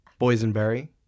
boysenberry